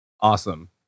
Awesome